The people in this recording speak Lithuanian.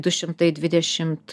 du šimtai dvidešimt